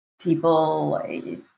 people